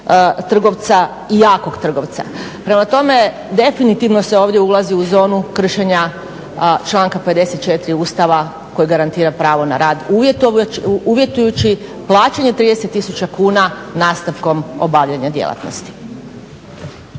trgovca i jakog trgovca. Prema tome, definitivno se ovdje ulazi u zonu kršenja članka 54. Ustava koji garantira pravo na rad uvjetujući plaćanje 30 tisuća kuna nastavkom obavljanja djelatnosti.